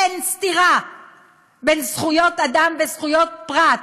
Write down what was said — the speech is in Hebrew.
אין סתירה בין זכויות אדם וזכויות פרט,